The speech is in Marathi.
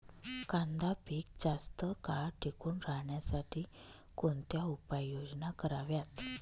कांदा पीक जास्त काळ टिकून राहण्यासाठी कोणत्या उपाययोजना कराव्यात?